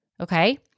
Okay